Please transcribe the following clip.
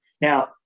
Now